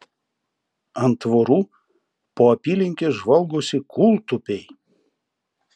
ant tvorų po apylinkes žvalgosi kūltupiai